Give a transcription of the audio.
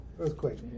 Earthquake